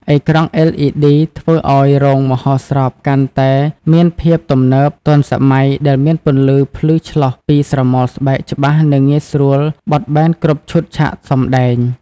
អេក្រង់ LED ធ្វើឲ្យរោងមហោស្របកាន់តែមានភាពទំនើបទាន់សម័យដែលមានពន្លឺភ្លឺឆ្លុះពីស្រមោលស្បែកច្បាស់និងងាយស្រួលបត់បែនគ្រប់ឈុតឆាកសម្តែង។